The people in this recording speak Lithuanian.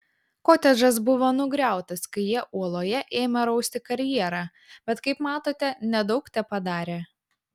kotedžas buvo nugriautas kai jie uoloje ėmė rausti karjerą bet kaip matote nedaug tepadarė